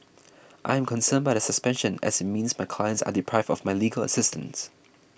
I am concerned by the suspension as it means my clients are deprived of my legal assistance